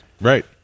Right